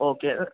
okay